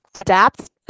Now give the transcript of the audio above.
adapt